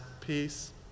peace